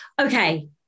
okay